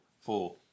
four